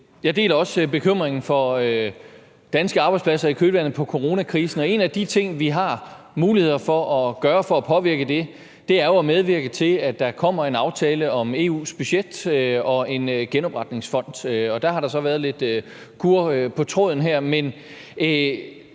Jeg deler også bekymringen for danske arbejdspladser i kølvandet på coronakrisen. En af de ting, som vi har muligheder for at gøre for at påvirke det, er jo at medvirke til, at der kommer en aftale om EU's budget og en genopretningsfond, og der har der så været lidt kurrer på tråden. Men